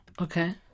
Okay